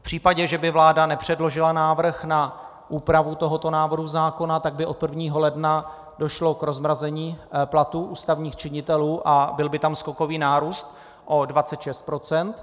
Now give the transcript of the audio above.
V případě, že by vláda nepředložila návrh na úpravu tohoto návrhu zákona, tak by od 1. ledna došlo k rozmrazení platů ústavních činitelů a byl by tam skokový nárůst o 26 %.